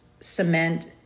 cement